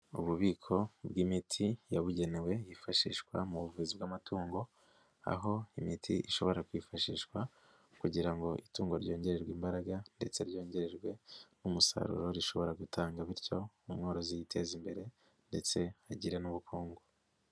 Ububiko bw'imiti yabugenewe yifashishwa mu buvuzi bw'amatungo, aho imiti ishobora kwifashishwa kugira ngo itungo ryongererwe imbaraga ndetse ryongerwe n'umusaruro rishobora gutanga bityo, umworozi yiteza imbere ndetse agire n'ubukungu.